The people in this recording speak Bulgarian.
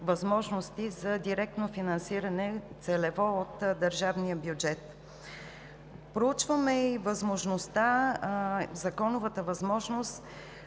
възможности за директно финансиране – целево, от държавния бюджет. Проучваме и законовата възможност